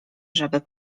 żeby